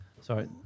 Sorry